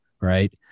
Right